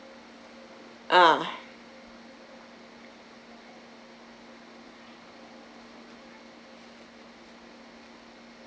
ah